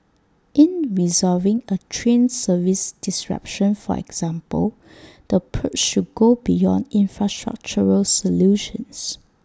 in resolving A train service disruption for example the approach should go beyond infrastructural solutions